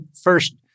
first